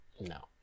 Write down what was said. No